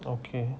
okay